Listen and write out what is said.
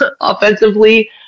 offensively